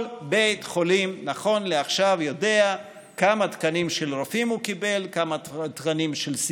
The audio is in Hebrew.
כל בית חולים נכון לעכשיו יודע כמה תקנים של רופאים הוא קיבל,